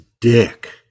dick